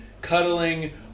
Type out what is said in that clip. cuddling